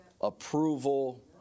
approval